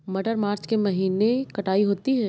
मटर मार्च के महीने कटाई होती है?